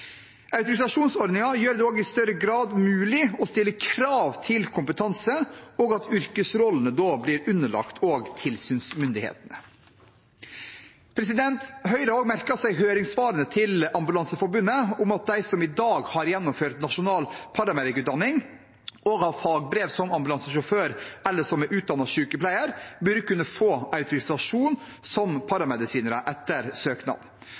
gjør det også i større grad mulig å stille krav til kompetanse og at yrkesrollene blir underlagt tilsynsmyndighetene. Høyre har merket seg høringssvarene til Ambulanseforbundet om at de som i dag har gjennomført nasjonal paramedic-utdanning, har fagbrev som ambulansesjåfør eller er utdannet sykepleier, bør kunne få autorisasjon som paramedisinere etter søknad.